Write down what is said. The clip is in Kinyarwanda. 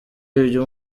ibyo